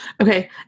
okay